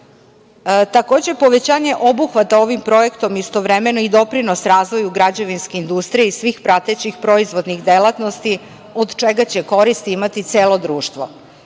snaga. Takođe, povećanje obuhvata ovim projektom, istovremeno i doprinos razvoju građevinske industrije i svih pratećih proizvodnih delatnosti, korist će imati celo društvo.